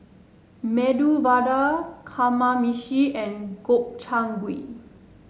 Medu Vada Kamameshi and Gobchang Gui